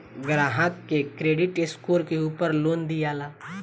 ग्राहक के credit score के उपर लोन दियाला